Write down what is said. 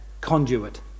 conduit